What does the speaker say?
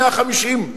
150,